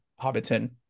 Hobbiton